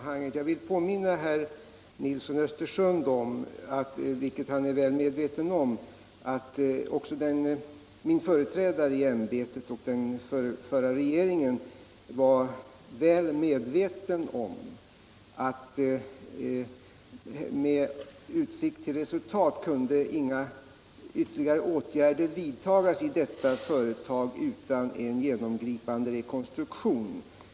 Herr Nilsson i Östersund är väl medveten om att också min företrädare i ämbetet och den förra regeringen insåg att med utsikt till resultat kunde inga ytterligare åtgärder vidtas i detta företag utan en genomgripande rekonstruktion.